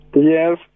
Yes